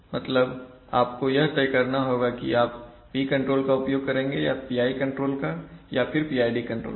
मतलब आपको यह तय करना होगा की आप P कंट्रोलर का उपयोग करेंगे या PI कंट्रोलर का या फिर PID कंट्रोलर का